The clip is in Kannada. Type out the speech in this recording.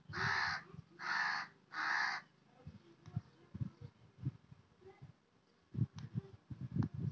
ಖಾಸಗಿ ಸಂಸ್ಥೆಗಳು ನಮ್ಮ ಯಾವ ಯಾವ ದಾಖಲೆಗಳನ್ನು ನೋಡಿ ಲೋನ್ ಸೌಲಭ್ಯ ಕೊಡ್ತಾರೆ?